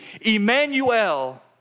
Emmanuel